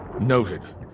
Noted